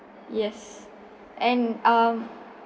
yes and um